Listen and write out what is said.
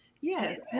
Yes